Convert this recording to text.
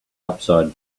upside